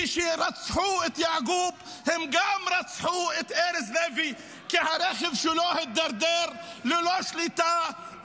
כשרצחו את יעקוב הם גם רצחו את ארז לוי כי הרכב שלו הידרדר ללא שליטה,